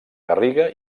garriga